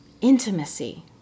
intimacy